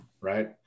right